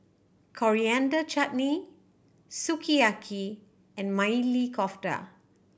Coriander Chutney Sukiyaki and Maili Kofta